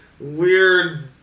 weird